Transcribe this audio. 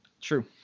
True